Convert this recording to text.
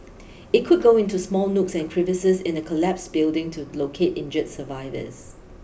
it could go into small nooks and crevices in a collapsed building to locate injured survivors